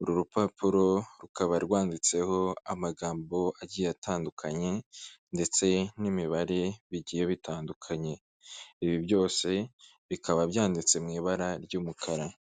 uru rupapuro rukaba rwanditseho amagambo agiye atandukanye ndetse n'imibare bigiye bitandukanye. Ibi byose bikaba byanditse mu ibara ry'umukara.